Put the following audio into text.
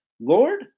Lord